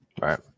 Right